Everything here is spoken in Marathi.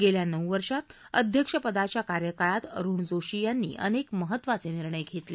गेल्या नऊ वर्षांत अध्यक्षपदाच्या कार्यकाळात अरुण जोशी त्यांनी अनेक महत्त्वाचे निर्णय घेतले